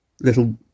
little